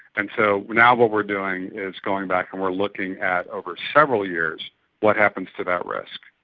and so now what we are doing is going back and we are looking at over several years what happens to that risk,